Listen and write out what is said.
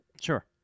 Sure